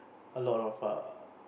a lot of err